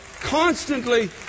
constantly